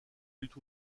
lutte